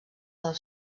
del